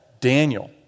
Daniel